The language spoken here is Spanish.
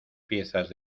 piezas